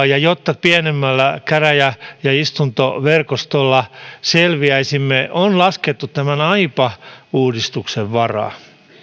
ja se että pienemmällä käräjä ja istuntoverkostolla selviäisimme on laskettu tämän aipa uudistuksen varaan